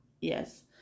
yes